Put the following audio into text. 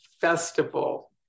festival